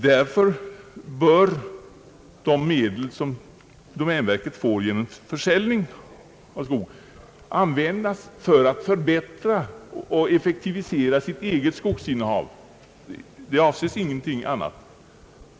Därför bör de medel, som domänverket får genom försäljning, endast användas för att förbättra och effektivisera domänverkets eget skogsinnehav. Det är ingenting annat som avses.